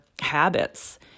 habits